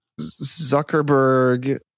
Zuckerberg